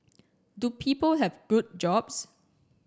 do people have good jobs